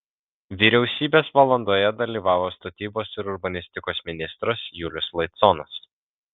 vyriausybės valandoje dalyvavo statybos ir urbanistikos ministras julius laiconas